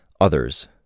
Others